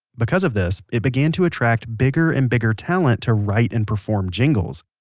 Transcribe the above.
because of this, it began to attract bigger and bigger talent to write and perform jingles.